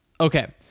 Okay